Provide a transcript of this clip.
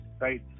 Right